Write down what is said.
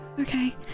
Okay